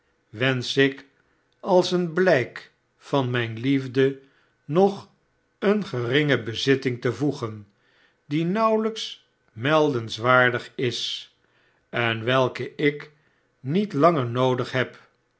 wensch ik als een blijk van mijne liefde nog eene gennge bezitting te voegen die nauwelijks meldenswaardig is en welke ik niet langer noodig heb